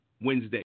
wednesday